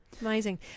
Amazing